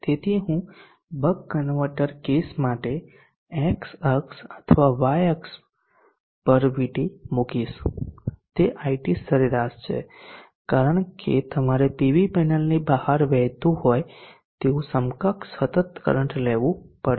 તેથી હું buck converter case માટે x અક્ષ અથવા y અક્ષ પર VT મૂકીશ તે IT સરેરાશ છે કારણ કે તમારે પીવી પેનલની બહાર વહેતું હોય તેવું સમકક્ષ સતત કરંટ લેવું પડશે